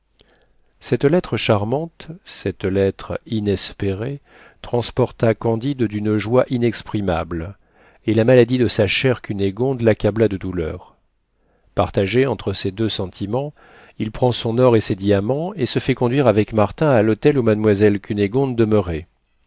cette lettre charmante cette lettre inespérée transporta candide d'une joie inexprimable et la maladie de sa chère cunégonde l'accabla de douleur partagé entre ces deux sentiments il prend son or et ses diamants et se fait conduire avec martin à l'hôtel où mademoiselle